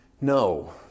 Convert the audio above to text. No